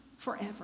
forever